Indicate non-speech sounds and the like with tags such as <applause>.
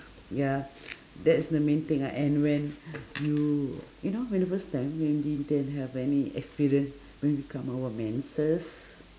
ya that's the main thing ah and when <breath> you you know when the first time when we didn't have any experience when we come our menses